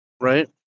right